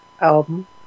album